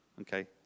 okay